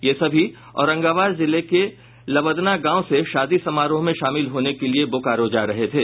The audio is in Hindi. ये सभी औरंगाबाद जिले के लबदना गांव से शादी समारोह में शामिल होने के लिए बोकारो जा रहे थे